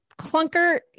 clunker